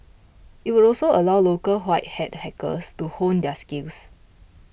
it would also allow local white hat hackers to hone their skills